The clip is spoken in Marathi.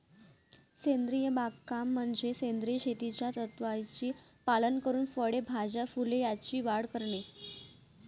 सेंद्रिय बागकाम म्हणजे सेंद्रिय शेतीच्या तत्त्वांचे पालन करून फळे, भाज्या, फुले यांची वाढ करणे